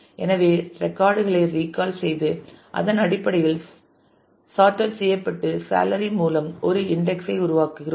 எனவே ரெக்கார்ட் களை ரீகால் செய்து அதன் அடிப்படையில் சாட்டெட் செய்யப்பட்டு சேலரி மூலம் ஒரு இன்டெக்ஸ் ஐ உருவாக்குகிறோம்